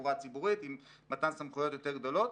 לתחבורה ציבורית עם מתן סמכויות יותר גדולות.